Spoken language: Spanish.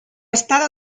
está